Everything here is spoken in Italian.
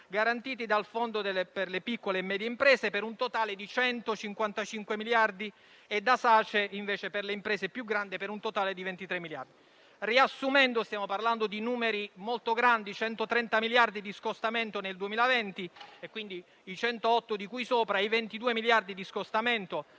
garantiti dal Fondo per le piccole e medie imprese, per un totale di 155 miliardi, e da SACE per quelle più grandi, per un totale di 23 miliardi. Riassumendo, stiamo parlando di numeri molto grandi: 130 miliardi di scostamento nel 2020 (i 108 di cui ho parlato prima e i 22 di scostamento